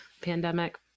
pandemic